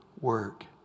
work